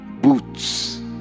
boots